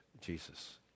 Jesus